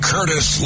Curtis